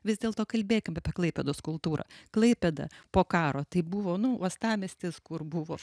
vis dėlto kalbėkim apie klaipėdos kultūrą klaipėda po karo tai buvo nu uostamiestis kur buvo